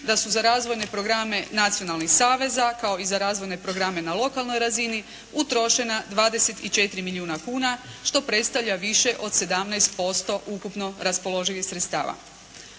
da su za razvojne programe nacionalnih saveza, kao i za razvojne programe na lokalnoj razini utrošena 24 milijuna kuna, što predstavlja više od 17% ukupno raspoloživih sredstava.